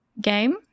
game